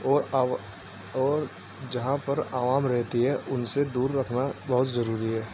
اور او اور جہاں پر عوام رہتی ہے ان سے دور رکھنا بہت ضروری ہے